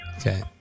Okay